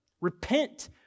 repent